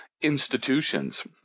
institutions